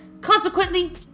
consequently